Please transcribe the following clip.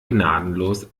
gnadenlos